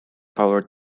powered